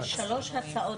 יש שלוש הצעות חוק.